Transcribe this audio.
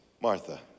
Martha